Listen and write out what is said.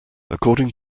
according